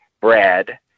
Brad